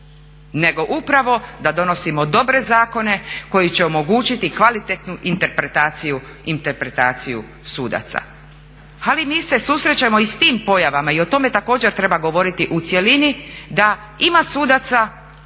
nego upravo da donosimo dobre zakone koji će omogućiti kvalitetnu interpretaciju sudaca. Ali mi se susrećemo i s tim pojavama i o tome također treba govoriti u cjelini, da ima sudaca